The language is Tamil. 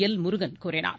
எல் முருகன் கூறினார்